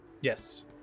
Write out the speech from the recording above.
Yes